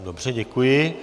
Dobře, děkuji.